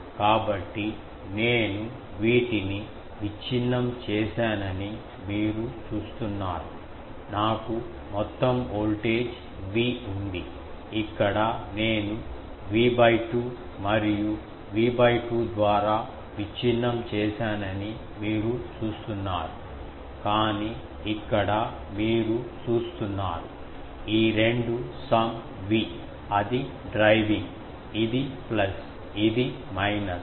కాబట్టి నేను వీటిని విచ్ఛిన్నం చేశానని మీరు చూస్తున్నారు నాకు మొత్తం వోల్టేజ్ V ఉంది ఇక్కడ నేను V 2 మరియు V 2 ద్వారా విచ్ఛిన్నం చేశానని మీరు చూస్తున్నారు కాని ఇక్కడ మీరు చూస్తున్నారు ఈ రెండు సమ్ V అది డ్రైవింగ్ ఇది ప్లస్ ఇది మైనస్